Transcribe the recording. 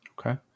Okay